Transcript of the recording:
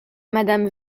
madame